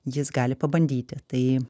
jis gali pabandyti tai